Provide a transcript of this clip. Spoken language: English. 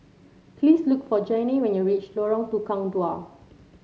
please look for Janay when you reach Lorong Tukang Dua